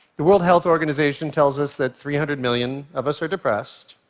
the world health organization tells us that three hundred million of us are depressed,